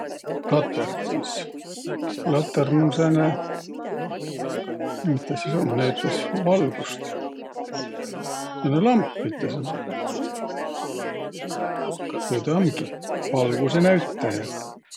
Latõrn sis? Latõrn um sääne, mis tä sis um? Näütäs valgust. Sääne lamp üte sõnagaq. Tuu tä umgi – valgusõnäütäjä.